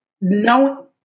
no